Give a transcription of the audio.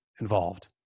involved